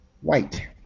white